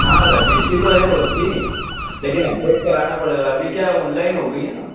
हाँ रजिस्ट्री तो है उसकी लेकिन अपडेट कराना पड़ेगा अभी क्या है ओनलाइन हो गई है ना